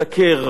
רבותי,